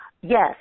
Yes